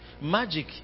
magic